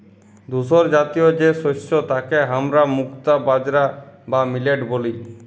ধূসরজাতীয় যে শস্য তাকে হামরা মুক্তা বাজরা বা মিলেট ব্যলি